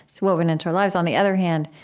it's woven into our lives. on the other hand,